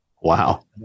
Wow